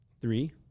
three